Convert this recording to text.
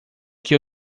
que